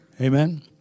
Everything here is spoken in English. Amen